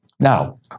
Now